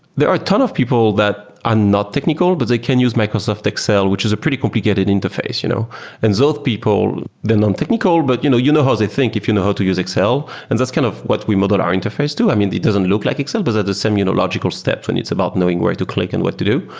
there are a ton of people that are not technical, but they can use microsoft excel, which is a pretty complicated interface. you know and so those people, they're non technical, but you know you know how they think if you know how to use excel. and that's kind of what we modeled our interface to. i mean, it doesn't look like excel, but the same you know logical steps and it's about knowing where to click and what to do.